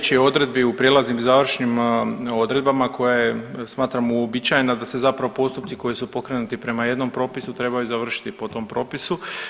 Pa riječ je o odredbi u prijelaznim i završnim odredbama koje smatramo uobičajeno da se zapravo postupci koji su pokrenuti prema jednom propisu trebaju završiti po tom propisu.